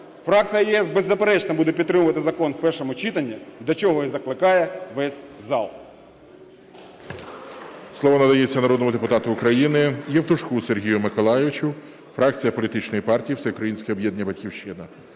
Фракція "ЄС", беззаперечно, буде підтримувати закон в першому читанні, до чого і закликає весь зал.